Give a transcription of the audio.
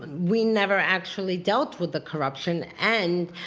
we never actually dealt with the corruption, and,